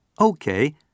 Okay